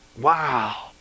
Wow